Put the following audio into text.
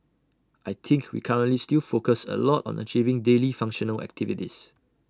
I think we currently still focus A lot on achieving daily functional activities